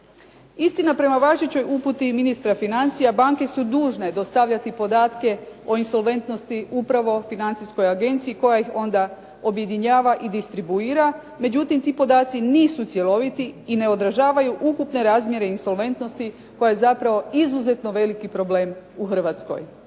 Istina prema važećoj uputi ministra financija banke su dužne dostavljati podatke o insolventnosti upravo Financijskoj agenciji koja ih onda objedinjava i distribuira, međutim ti podaci nisu cjeloviti i ne odražavaju ukupne razmjere insolventnosti koje zapravo izuzetno veliki problem u Hrvatskoj.